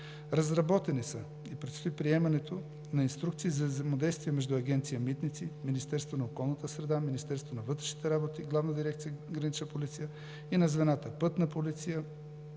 Разработени са и предстои приемането на инструкции за взаимодействие между Агенция „Митници“, Министерството на околната среда и водите, Министерството на вътрешните работи, Главна дирекция „Гранична полиция“ и на звената „Пътна полиция“